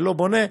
ולא בונה,